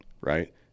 right